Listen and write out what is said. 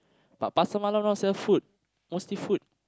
but Pasar Malam now sell food mostly food